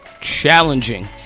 challenging